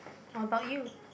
what about you